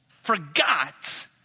forgot